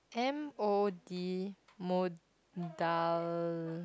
M_O_D modal